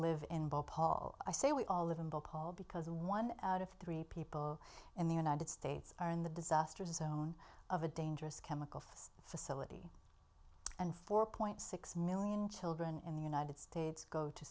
paul i say we all live in bhopal because one out of three people in the united states are in the disaster zone of a dangerous chemical facility and four point six million children in the united states go to